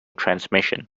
transmission